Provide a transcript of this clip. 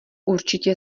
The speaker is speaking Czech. určitě